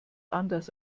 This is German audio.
anders